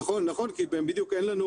נכון, כי אין לנו